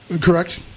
correct